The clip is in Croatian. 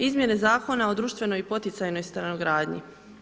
Izmjene Zakona o društvenoj i poticajnoj stanogradnji.